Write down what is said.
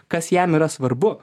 kas jam yra svarbu